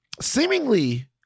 seemingly